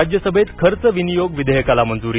राज्यसभेत खर्च विनियोग विधेयकाला मंजुरी